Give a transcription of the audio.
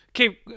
Okay